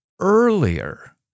earlier